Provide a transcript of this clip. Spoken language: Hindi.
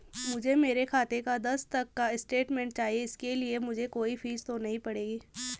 मुझे मेरे खाते का दस तक का स्टेटमेंट चाहिए इसके लिए मुझे कोई फीस तो नहीं पड़ेगी?